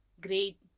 great